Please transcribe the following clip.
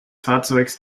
fahrzeugs